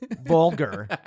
vulgar